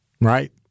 Right